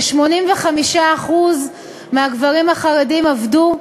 כ-85% מהגברים החרדים עבדו.